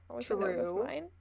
True